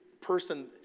person